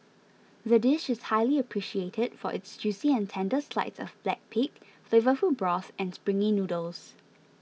the dish is highly appreciated for its juicy and tender slides of black pig flavourful broth and springy noodles